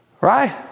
right